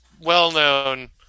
well-known